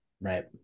Right